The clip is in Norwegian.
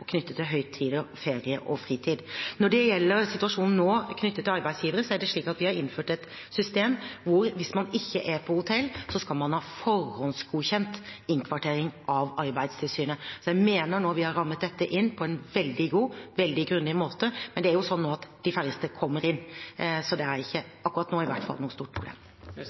og knyttet til høytider, ferie og fritid. Når det gjelder situasjonen nå knyttet til arbeidsgivere, har vi innført et system hvor man, hvis man ikke er på hotell, skal ha innkvartering som er forhåndsgodkjent av Arbeidstilsynet. Jeg mener at vi nå har rammet dette inn på en veldig god, veldig grundig måte. Men det er sånn nå at de færreste kommer inn, så akkurat nå er det ikke noe stort problem. Det